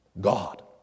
God